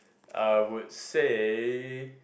I would say